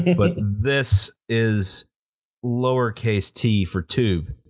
but this is lower-case t for tube.